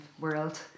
world